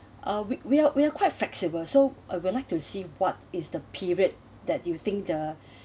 uh we we're we're quite flexible so uh I'd like to see what is the period that you think the